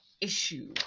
issue